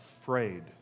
afraid